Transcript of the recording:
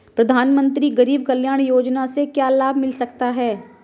प्रधानमंत्री गरीब कल्याण योजना से क्या लाभ मिल सकता है?